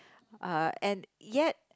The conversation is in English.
uh and yet